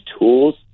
tools